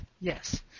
yes